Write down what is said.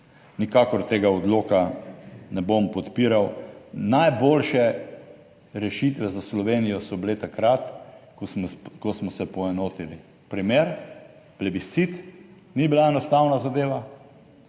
Nikakor tega odloka ne bom podpiral. Najboljše rešitve za Slovenijo so bile takrat, ko smo se poenotili primer plebiscit. Ni bila enostavna zadeva.